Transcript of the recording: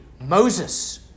Moses